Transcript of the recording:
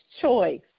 choice